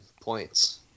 points